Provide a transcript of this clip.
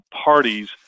parties